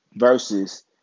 Versus